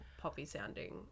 poppy-sounding